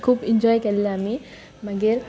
enjoy केल्ले आमी मागीर